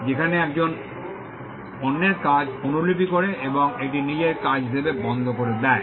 যেখানে একজন অন্যের কাজ অনুলিপি করে এবং এটি নিজের কাজ হিসাবে বন্ধ করে দেয়